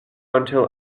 until